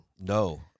No